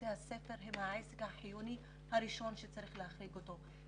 בתי הספר הם העסק החיוני הראשון שצריך להחריג אותו.